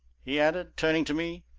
he added, turning to me,